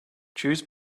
choose